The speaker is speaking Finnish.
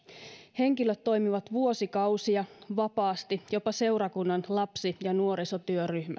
henkilöt toimivat vuosikausia vapaasti jopa seurakunnan lapsi ja nuorisotyöryhmässä